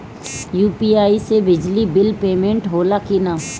UPI से बिजली bill payment होला कि न?